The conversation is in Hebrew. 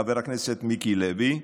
חבר הכנסת מיקי לוי,